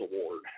Award